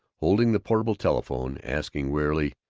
holding the portable telephone, asking wearily,